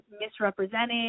misrepresented